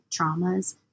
traumas